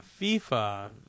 FIFA